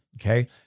Okay